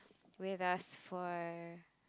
with us for